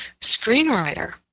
screenwriter